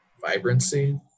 vibrancy